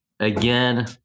Again